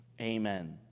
amen